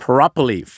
Properly